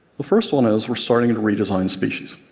the first one is, we're starting to redesign species.